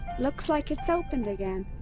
looks like it's open again.